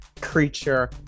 creature